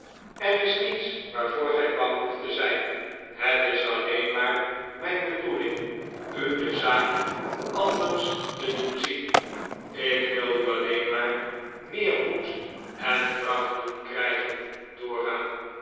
er is niets waarvoor gij bang hoeft te zijn het is alleen maar mijn bedoeling u de zaak anders te doen zien ik wil u alleen maar meer moed en kracht doen krijgen dora